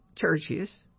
churches